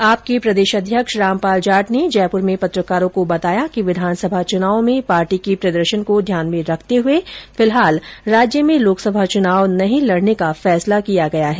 आप के प्रदेशाध्यक्ष रामपाल जाट ने जयपुर में पत्रकारों को बताया कि विधानसभा चुनावों में पार्टी के प्रदर्शन को ध्यान में रखते हुए फिलहाल राज्य में लोकसभा चुनाव नहीं लडने का फैसला किया गया है